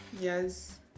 Yes